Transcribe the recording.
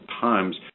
times